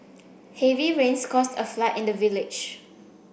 heavy rains caused a flood in the village